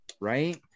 right